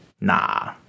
Nah